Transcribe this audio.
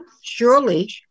Surely